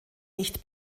nicht